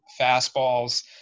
fastballs